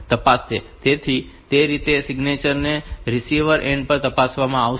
તેથી તે રીતે આ સિગ્નેચર ને રીસીવર એન્ડ પર તપાસવામાં આવશે